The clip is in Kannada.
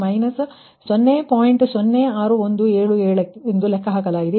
06177ಎಂದು ಲೆಕ್ಕಹಾಕಲಾಗಿದೆ